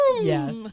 Yes